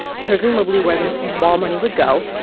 presumably, where the wall money would go.